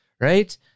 right